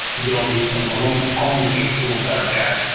be able to use some of the linux-only based tools that are there.